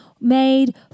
made